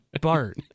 BART